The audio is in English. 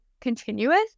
continuous